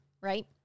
right